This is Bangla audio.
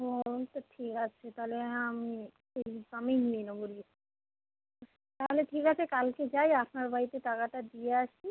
ও ওই তো ঠিক আছে তালে আমিই আমিই নিয়ে নেবো লিজ তাহলে ঠিক আছে কালকে যাই আপনার বাড়িতে টাকাটা দিয়ে আসি